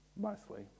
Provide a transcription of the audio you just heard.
mostly